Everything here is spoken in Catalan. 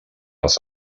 les